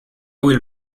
will